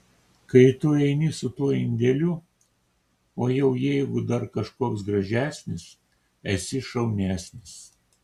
kai tu eini su tuo indeliu o jau jeigu dar kažkoks gražesnis esi šaunesnis